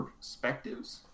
perspectives